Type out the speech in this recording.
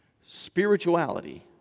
Spirituality